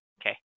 Okay